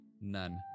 none